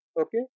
okay